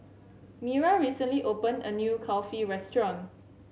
Mira recently opened a new Kulfi restaurant